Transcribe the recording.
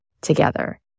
together